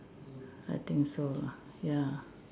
I think so lah ya